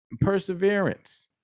perseverance